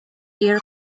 air